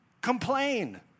Complain